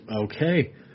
Okay